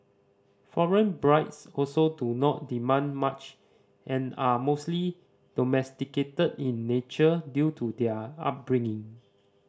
foreign brides also do not demand much and are mostly domesticated in nature due to their upbringing